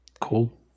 Cool